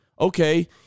Okay